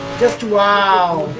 just while